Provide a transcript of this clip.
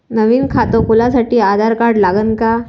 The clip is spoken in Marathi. नवीन खात खोलासाठी आधार कार्ड लागन का?